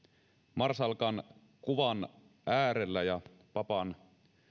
marsalkan kuvan äärellä ja papan